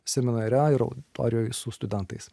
seminare ir auditorijoj su studentais